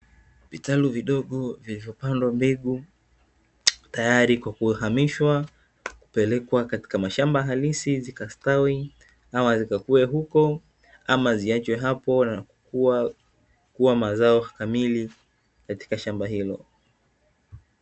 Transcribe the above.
Viataru vidogo vilivyopandwa mbegu tayari kwa kuhamishwa kupelekwa katika mashamba halisi, zikastawi ama zikakue huko ama ziachwe hapo na kuwa mazao kamili katika shamba hilo.